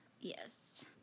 Yes